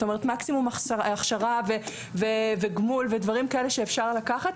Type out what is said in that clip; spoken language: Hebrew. כלומר מקסימום הכשרה וגמול ודברים כאלה שאפשר לקחת,